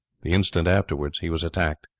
the instant afterwards he was attacked.